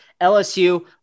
LSU